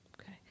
Okay